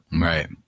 right